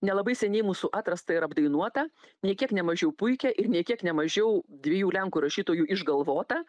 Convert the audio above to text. nelabai seniai mūsų atrastą ir apdainuotą nei kiek ne mažiau puikią ir nei kiek ne mažiau dviejų lenkų rašytojų išgalvotą